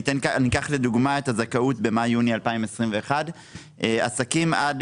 אקח לדוגמה את הזכאות במאי-יוני 2021. עסקים עד